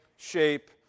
shape